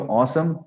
awesome